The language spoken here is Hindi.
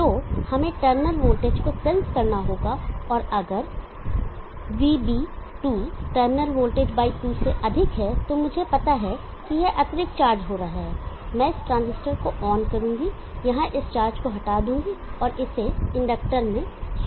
तो हमें टर्मिनल वोल्टेज को सेंस करना होगा और अगर VB2 टर्मिनल वोल्टेज 2 से अधिक है तो मुझे पता है कि यह अतिरिक्त चार्ज हो रहा है मैं इस ट्रांजिस्टर को ऑन करूंगा यह इस चार्ज को हटा देगा इसे इंडक्टर में स्टोर कर लेगा